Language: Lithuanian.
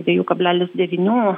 dviejų kablelis devynių